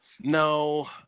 No